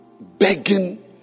Begging